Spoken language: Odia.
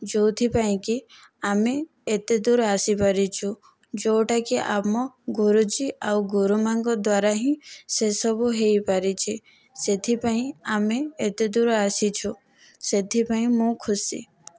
ଯେଉଁଥିପାଇଁକି ଆମେ ଏତେ ଦୁର ଆସି ପାରିଛୁ ଯେଉଁଟା କି ଆମ ଗୁରୁଜୀ ଆଉ ଗୁରୁମା ଙ୍କ ଦ୍ୱାରା ହିଁ ସେ ସବୁ ହୋଇପାରିଛି ସେଥିପାଇଁ ଆମେ ଏତେ ଦୁର ଆସିଛୁ ସେଥିପାଇଁ ମୁଁ ଖୁସି